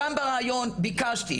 גם בראיון בקשתי,